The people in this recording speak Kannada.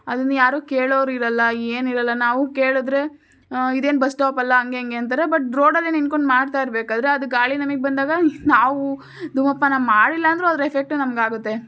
ಅದುನ್ನ ಯಾರೂ ಕೇಳೋರು ಇರೋಲ್ಲ ಏನೂ ಇರೋಲ್ಲ ನಾವು ಕೇಳಿದ್ರೆ ಇದೇನು ಬಸ್ ಸ್ಟಾಪ್ ಅಲ್ಲ ಹಂಗೇ ಹಿಂಗೇ ಅಂತಾರೆ ಬಟ್ ರೋಡಲ್ಲೇ ನಿಂತ್ಕೊಂಡು ಮಾಡ್ತಾ ಇರಬೇಕಾದ್ರೆ ಅದು ಗಾಳಿ ನಮಗೆ ಬಂದಾಗ ನಾವು ಧೂಮಪಾನ ಮಾಡಿಲ್ಲ ಅಂದ್ರೂ ಅದ್ರ ಎಫೆಕ್ಟು ನಮ್ಗೆ ಆಗುತ್ತೆ